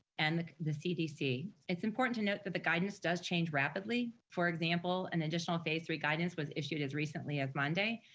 and the cdc. it's important to note that the guidance does change rapidly, for example, an additional phase three guidance was issued as recently as monday,